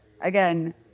again